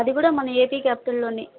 అది కూడా మన ఏపీ క్యాపిటల్లో